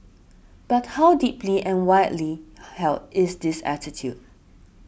but how deeply and widely held is this attitude